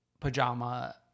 pajama